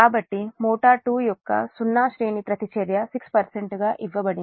కాబట్టి మోటారు 2 యొక్క సున్నా శ్రేణి ప్రతిచర్య 6 గా ఇవ్వబడింది